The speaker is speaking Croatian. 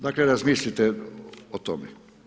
Dakle, razmislite o tome.